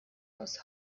aus